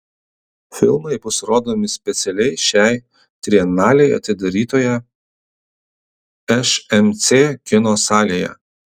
filmai bus rodomi specialiai šiai trienalei atidarytoje šmc kino salėje